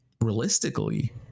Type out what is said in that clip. realistically